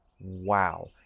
Wow